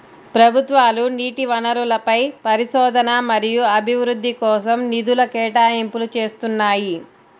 ప్రభుత్వాలు నీటి వనరులపై పరిశోధన మరియు అభివృద్ధి కోసం నిధుల కేటాయింపులు చేస్తున్నాయి